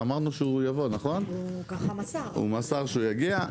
הוא מסר שהוא יגיע.